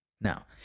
Now